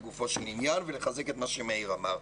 לגופו של עניין ולחזק את מה שמאיר אמר.